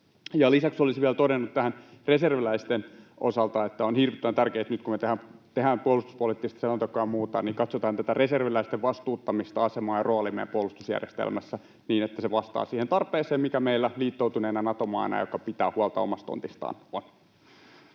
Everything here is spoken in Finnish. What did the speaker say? Lisäksi olisin vielä todennut reserviläisten osalta, että on hirvittävän tärkeää, että nyt kun me tehdään puolustuspoliittista selontekoa ja muuta, katsotaan reserviläisten vastuuttamista, asemaa ja roolia meidän puolustusjärjestelmässä niin, että se vastaa siihen tarpeeseen, mikä meillä on liittoutuneena Nato-maana, joka pitää huolta omasta tontistaan.